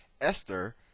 Esther